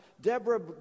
Deborah